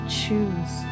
choose